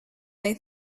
they